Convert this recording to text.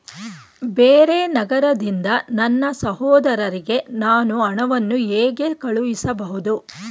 ಬೇರೆ ನಗರದಿಂದ ನನ್ನ ಸಹೋದರಿಗೆ ನಾನು ಹಣವನ್ನು ಹೇಗೆ ಕಳುಹಿಸಬಹುದು?